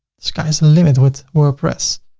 sky's the limit with wordpress.